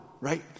right